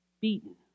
beaten